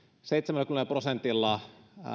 seitsemälläkymmenellä prosentilla